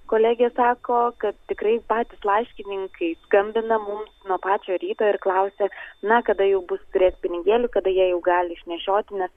kolegė sako kad tikrai patys laiškininkai skambina mums nuo pačio ryto ir klausia na kada jau bus turės pinigėlių kada jie jau gali išnešioti nes